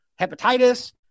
hepatitis